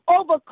over